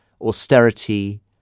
austerity